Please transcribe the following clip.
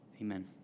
amen